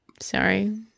Sorry